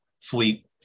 fleet